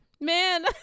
Man